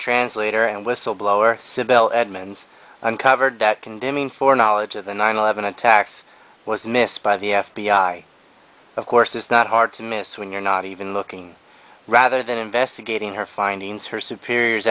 translator and whistleblower sybil edmonds uncovered that condemning for knowledge of the nine eleven attacks was missed by the f b i of course is not hard to miss when you're not even looking rather than investigating her findings her superiors